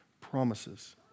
promises